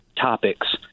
topics